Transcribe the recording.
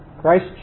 Christ